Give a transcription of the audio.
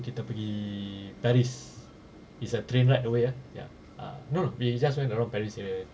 kita pergi paris is a train ride away ah ya ah no no we just went around paris ya ya